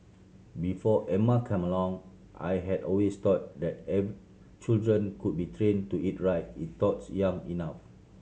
before Emma came along I had always thought that children could be train to eat right if taught young enough